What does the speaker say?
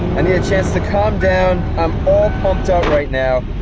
i need a chance to calm down i'm all pumped up right now.